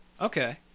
Okay